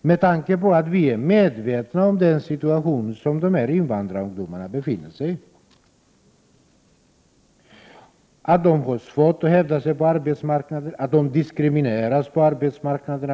med tanke på att vi är medvetna om den situation som invandrarungdomarna befinner sig i. De har svårt att hävda sig på arbetsmarknaden, och de diskrimineras på arbetsmarknaden.